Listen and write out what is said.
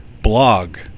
blog